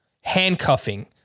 handcuffing